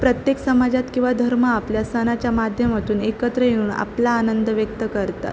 प्रत्येक समाजात किंवा धर्म आपल्या सणाच्या माध्यमातून एकत्र येऊन आपला आनंद व्यक्त करतात